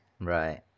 Right